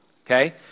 Okay